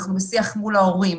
אנחנו בשיח מול ההורים,